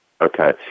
Okay